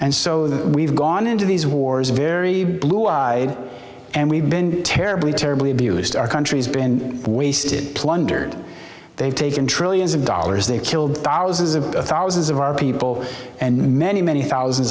that we've gone into these wars very blue eyes and we've been terribly terribly abused our country's been wasted plundered they've taken trillions of dollars they've killed thousands of thousands of our people and many many thousands